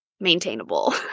maintainable